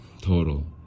Total